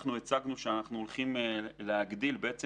הצגנו שאנחנו הולכים להכפיל